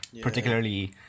particularly